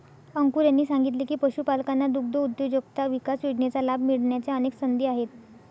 अंकुर यांनी सांगितले की, पशुपालकांना दुग्धउद्योजकता विकास योजनेचा लाभ मिळण्याच्या अनेक संधी आहेत